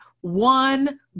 one